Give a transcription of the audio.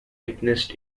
witnessed